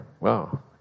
wow